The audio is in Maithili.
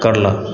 करलक